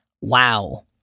Wow